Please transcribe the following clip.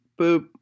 Boop